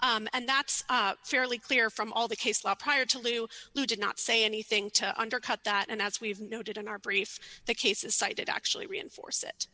and that's fairly clear from all the case law prior to lou you did not say anything to undercut that and as we've noted in our brief the cases cited actually reinforce it